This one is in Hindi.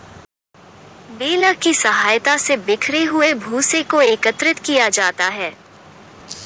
बेलर की सहायता से बिखरे हुए भूसे को एकत्रित किया जाता है